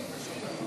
נמנע.